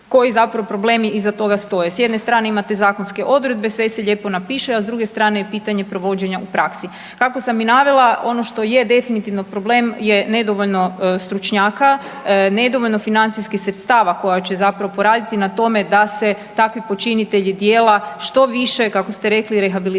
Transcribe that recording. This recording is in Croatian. koji zapravo problemi iza toga stoje. S jedne imate zakonske odredbe sve se lijepo napiše, a s druge strane je pitanje provođenja u praksi. Kako sam i navela ono što je definitivno problem je nedovoljno stručnjaka, nedovoljno financijskih sredstva koja će zapravo poraditi na tome da se takvi počinitelji djela što više kako ste rekli rehabilitiraju